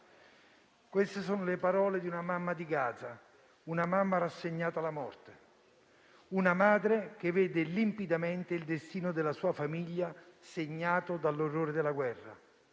Queste sono le parole di una mamma di Gaza, una mamma rassegnata alla morte, una madre che vede limpidamente il destino della sua famiglia segnato dall'orrore della guerra.